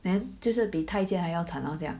then 就是比大家还要惨咯这样